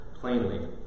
plainly